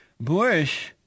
Bush